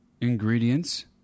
Ingredients